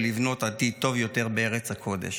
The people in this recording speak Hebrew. ולבנות עתיד טוב יותר בארץ הקודש.